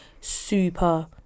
super